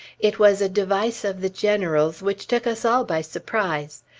it was a device of the general's, which took us all by surprise.